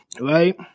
right